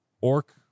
orc